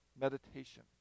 meditation